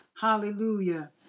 hallelujah